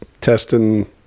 testing